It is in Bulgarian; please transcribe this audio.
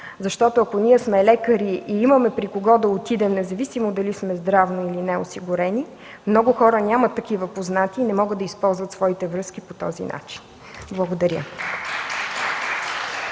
Защото ако ние сме лекари и имаме при кого да отидем, независимо дали сме здравноосигурени или не, много хора нямат такива познати и не могат да използват своите връзки по този начин. Благодаря